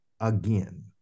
again